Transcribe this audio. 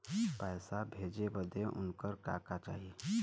पैसा भेजे बदे उनकर का का चाही?